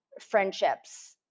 friendships